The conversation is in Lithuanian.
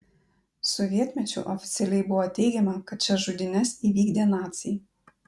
sovietmečiu oficialiai buvo teigiama kad šias žudynes įvykdė naciai